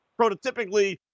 prototypically